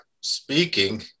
speaking